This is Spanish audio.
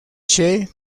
she